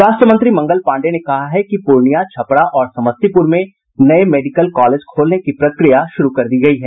स्वास्थ्य मंत्री मंगल पाण्डेय ने कहा है कि पूर्णिया छपरा और समस्तीपुर में नये मेडिकल कॉलेज खोलने की प्रक्रिया शुरू कर दी गयी है